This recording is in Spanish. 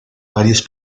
varios